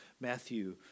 Matthew